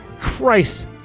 Christ